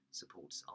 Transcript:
supports